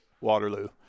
Waterloo